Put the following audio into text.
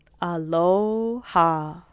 Aloha